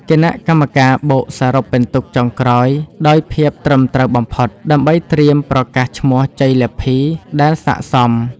គណៈកម្មការបូកសរុបពិន្ទុចុងក្រោយដោយភាពត្រឹមត្រូវបំផុត ដើម្បីត្រៀមប្រកាសឈ្មោះជ័យលាភីដែលស័ក្តិសម។